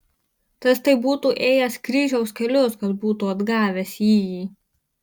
tas tai būtų ėjęs kryžiaus kelius kad būtų atgavęs jįjį